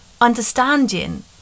understanding